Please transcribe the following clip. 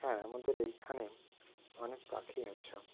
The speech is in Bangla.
হ্যাঁ আমাদের এইখানে অনেক পাখি আছে